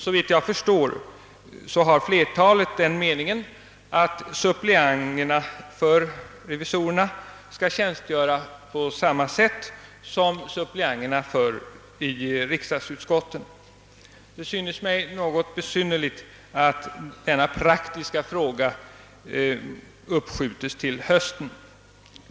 Såvitt jag förstår, har flertalet den meningen att suppleanterna för revisorerna bör tjänstgöra på samma sätt som suppleanterna i utskotten. Det synes mig något besynnerligt att denna praktiska fråga uppskjutes till hösten.